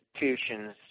institutions